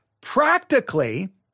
practically